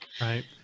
Right